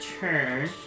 turn